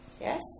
yes